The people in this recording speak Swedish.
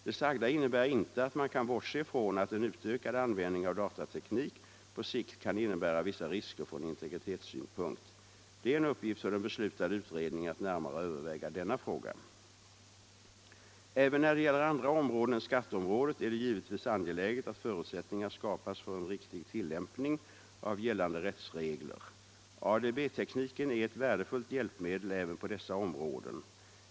Det sagda innebär inte att man kan bortse från att en utökad användning av datateknik på sikt kan innebära vissa risker från integritetssynpunkt. Det är en uppgift för den beslutade utredningen att närmare överväga denna fråga. Även när det gäller andra områden än skatteområdet är det givetvis angeläget att förutsättningar skapas för en riktig tillämpning av gällande rättsregler. ADB-tekniken är ett värdefullt hjälpmedel även på dessa områden.